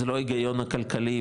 היגיון הכלכלי,